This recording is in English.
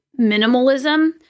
minimalism